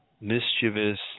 mischievous